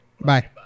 Bye